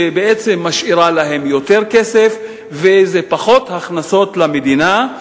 שמשאירה להם יותר כסף, וזה פחות הכנסות למדינה.